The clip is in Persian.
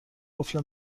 قفل